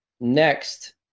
next